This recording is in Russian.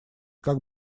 как